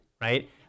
right